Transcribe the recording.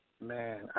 Man